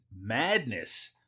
madness